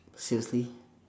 seriously